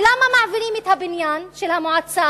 למה מעבירים את הבניין של המועצה,